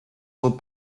will